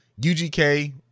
ugk